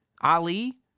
Ali